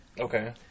Okay